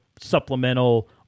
supplemental